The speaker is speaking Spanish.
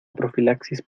profilaxis